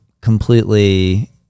completely